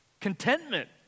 Contentment